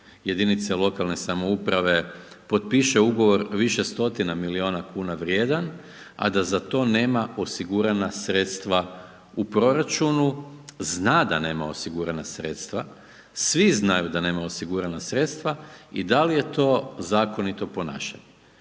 jedinice lokalne samouprave, potpiše ugovor više stotina milijuna kuna vrijedan, a da za to nema osigurana sredstva u proračunu, zna da nema osigurana sredstva, svi znaju da nema osigurana sredstva i da li je to zakonito ponašanje.